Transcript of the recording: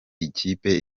ikipe